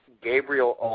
Gabriel